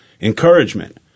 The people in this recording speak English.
encouragement